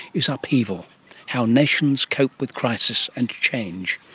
is upheaval how nations cope with crisis and change.